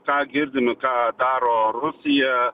ką girdime ką daro rusija